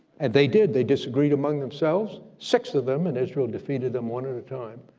and they did. they disagreed among themselves. six of them, and israel defeated them one at a time,